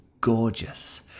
gorgeous